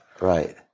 Right